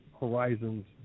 Horizons